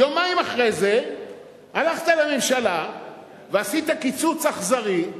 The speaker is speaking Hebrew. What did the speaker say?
יומיים אחרי זה הלכת לממשלה ועשית קיצוץ אכזרי,